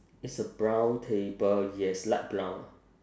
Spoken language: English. it's a brown table yes light brown